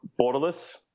borderless